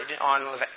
on